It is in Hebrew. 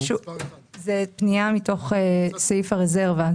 זה פנייה מתוך סעיף רזרבה.